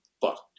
fucked